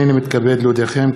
הנני מתכבד להודיעכם,